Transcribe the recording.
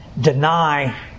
deny